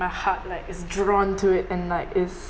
my heart like is drawn to it and like is